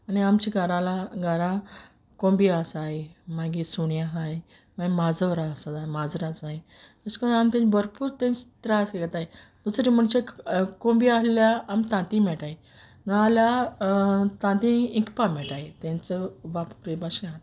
आनी आमच घारा घारा कोंब्यो आसाय मागी सुण आहाय मागीर माजोर आसा माजरां आसाय तश कोन्न आम तेमच भोरपूर त्रास घेताय दुसरें म्हुणचे कोंब्यो आहल्यार आमक तांती मेटाय ना जाल्यार तांतीं इंकपा मेटाय तेंचो हे भाशेन जाता